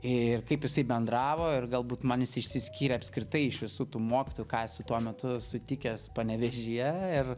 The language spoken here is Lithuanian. ir kaip jisai bendravo ir galbūt man jis išsiskyrė apskritai iš visų tų mokytojų ką esu tuo metu sutikęs panevėžyje ir